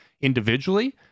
individually